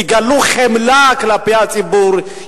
יגלו חמלה כלפי הציבור,